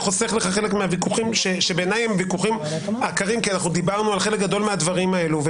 לפני כמה ימים טענתי כאן על כך שאנחנו יושבים כאילו במנותק